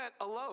alone